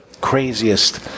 craziest